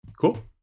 Cool